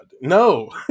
No